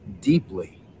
deeply